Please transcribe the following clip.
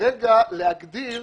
מדבר